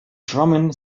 schrammen